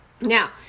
Now